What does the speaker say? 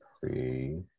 three